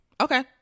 Okay